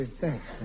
thanks